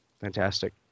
fantastic